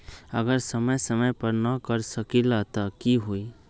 अगर समय समय पर न कर सकील त कि हुई?